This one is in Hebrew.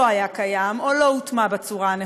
היה קיים או לא הוטמע בצורה הנכונה,